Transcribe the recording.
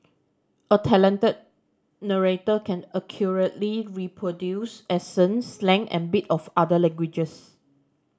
a talented narrator can accurately reproduce accents slang and bit of other languages